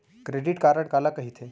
Credit card काला कहिथे?